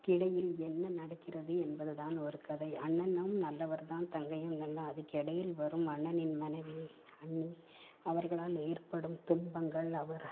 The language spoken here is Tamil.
இடையில் என்ன நடக்கிறது என்பது தான் ஒரு கதை அண்ணனும் நல்லவர் தான் தங்கையும் நல்ல அதுக்கிடையில் வரும் அண்ணனின் மனைவி அண்ணி அவர்களால் ஏற்படும் துன்பங்கள் அவர்